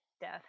death